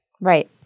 Right